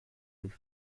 with